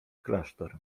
klasztor